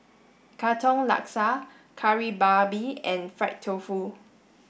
Katong Laksa Kari Babi and fried tofu